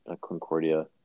Concordia